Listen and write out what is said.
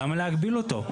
למה להגביל אותו?